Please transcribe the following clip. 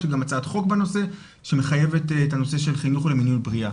יש גם הצעת חוק בנושא שמחייבת את הנושא של חינוך למיניות בריאה.